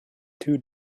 two